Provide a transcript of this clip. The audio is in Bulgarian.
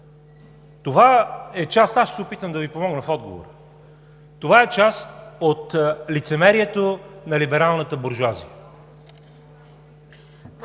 Това е част от лицемерието на либералната буржоазия.